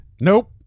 Nope